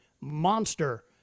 monster